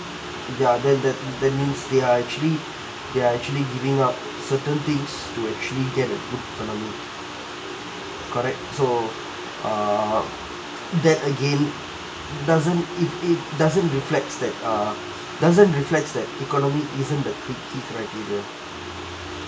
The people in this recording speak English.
ya that that that means they're actually they're actually giving up certain things to actually get a good economy correct so err that again doesn't if it doesn't reflects that err doesn't reflects that economy isn't the ke~ key criteria